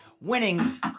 winning